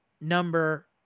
number